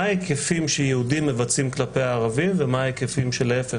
מה ההיקפים שיהודים מבצעים כלפי הערבים ומה ההיקפים של להיפך,